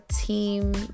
team